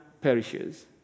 perishes